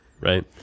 right